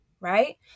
right